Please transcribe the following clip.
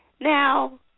Now